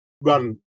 run